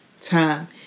time